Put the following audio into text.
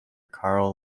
karl